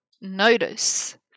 notice